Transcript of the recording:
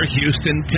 Houston